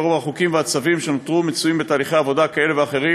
ורוב החוקים והצווים שנותרו מצויים בתהליכי עבודה כאלה ואחרים,